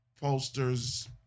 posters